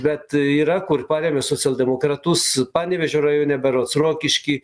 bet yra kur parėmė socialdemokratus panevėžio rajone berods rokišky